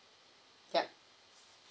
yup